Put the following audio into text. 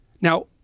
Now